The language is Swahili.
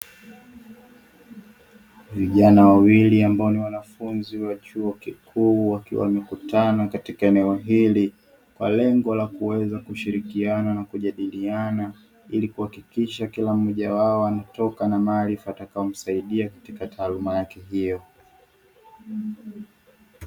Vijana wawili, ambao ni wanafunzi wa chuo kikuu, wakiwa wamekutana katika eneo hili kwa lengo la kuweza kushirikiana na kujadiliana. Ili kuhakikisha kila mmoja wao anatoka na maarifa yatakayo msaidia katika taaluma yake hiyo.